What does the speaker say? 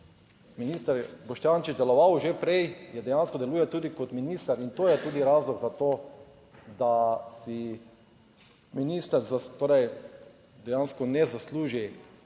minister Boštjančič deloval že prej, je dejansko deluje tudi kot minister in to je tudi razlog za to, da si minister torej dejansko ne zasluži